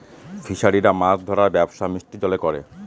ফিসারিরা মাছ ধরার ব্যবসা মিষ্টি জলে করে